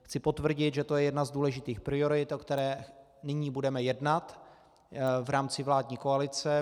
Chci potvrdit, že to je jedna z důležitých priorit, o které nyní budeme jednat v rámci vládní koalice.